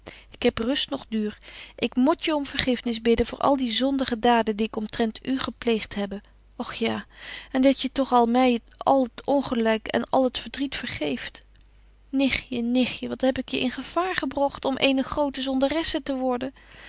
ik heb rust noch duur ik mot je om vergifnis bidden voor al de zondige daden die ik omtrent u gepleegt hebbe och ja en dat je toch my al het ongelyk en al het verdriet vergeeft nichtje nichtje wat heb ik je in gevaar gebrogt om eene grote zondaresse te worden